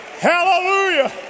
Hallelujah